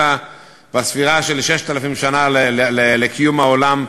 אלא בספירה של 6,000 שנה לקיום העולם,